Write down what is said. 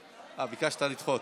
חברת הכנסת אימאן ישבה, להוסיף אותה.